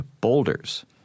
boulders